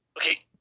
okay